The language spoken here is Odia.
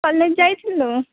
କଲେଜ୍ ଯାଇଥିଲୁ